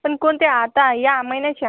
पण कोणत्या आता या महिन्याच्या